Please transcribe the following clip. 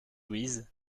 louise